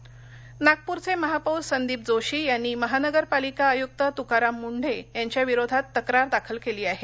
तक्रार नागपूरचे महापौर संदीप जोशी यांनी महानगर पालिका आयुक्त तुकाराम मुंढे यांच्या विरोधात तक्रार दाखल केली आहे